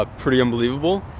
ah pretty unbelievable.